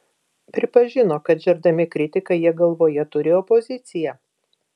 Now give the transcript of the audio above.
pripažino kad žerdami kritiką jie galvoje turi opoziciją